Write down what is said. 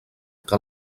que